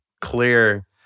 clear